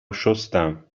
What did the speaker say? شستم